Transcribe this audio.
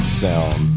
sound